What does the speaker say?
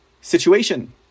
situation